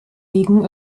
ligen